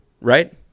right